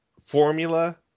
formula